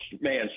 man